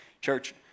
church